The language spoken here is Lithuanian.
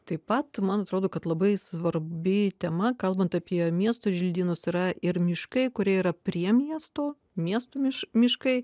taip pat man atrodo kad labai svarbi tema kalbant apie miesto želdynus yra ir miškai kurie yra prie miesto miestų miš miškai